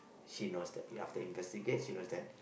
she knows that after investigate she knows that